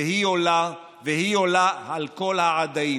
והיא עולה / והיא עולה על כל העדיים"?